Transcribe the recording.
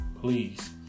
please